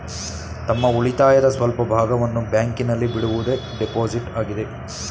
ತಮ್ಮ ಉಳಿತಾಯದ ಸ್ವಲ್ಪ ಭಾಗವನ್ನು ಬ್ಯಾಂಕಿನಲ್ಲಿ ಬಿಡುವುದೇ ಡೆಪೋಸಿಟ್ ಆಗಿದೆ